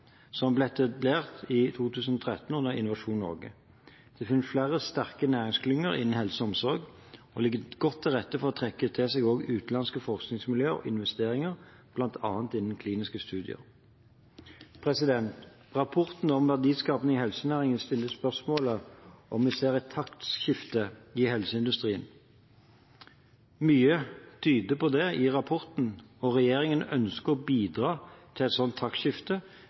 som ble etablert i 2013 under Innovasjon Norge. Det finnes flere sterke næringsklynger innen helse og omsorg, og det ligger godt til rette for å trekke til seg utenlandske forskningsmiljøer og investeringer, bl.a. innen kliniske studier. Rapporten om verdiskaping i helsenæringen stiller spørsmål om vi ser et taktskifte i helseindustrien. Mye i rapporten tyder på det, og regjeringen ønsker å bidra til et